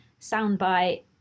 soundbite